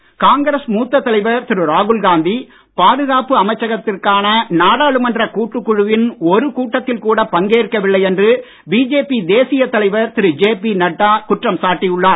ராகுல்காந்தி காங்கிரஸ் மூத்த தலைவர் திரு ராகுல்காந்தி பாதுகாப்பு அமைச்சகத்திற்கான நாடாளுமன்ற கூட்டுக் குழுவின் ஒரு கூட்டத்தில் கூட பங்கேற்கவில்லை என்று பிஜேபி தேசிய தலைவர் திரு ஜேபி நட்டா குற்றம் சாட்டி உள்ளார்